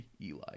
Eli